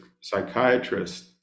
psychiatrist